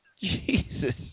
Jesus